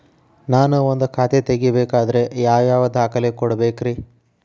ನಾನ ಒಂದ್ ಖಾತೆ ತೆರಿಬೇಕಾದ್ರೆ ಯಾವ್ಯಾವ ದಾಖಲೆ ಕೊಡ್ಬೇಕ್ರಿ?